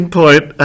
point